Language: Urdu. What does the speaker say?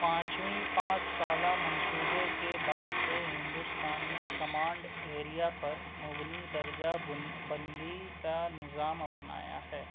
پانچویں پانچ سالہ منصوبے کے بعد سے ہندوستان نے کمانڈ ایریا پر مبنی درجہ بندی کا نظام اپنایا ہے